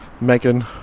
Megan